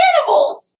animals